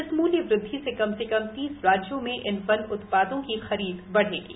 इस मूल्य वृद्धि स कम स कम बीस राज्यों में इन वन उत्पादों की ख़रीद बढ़ाी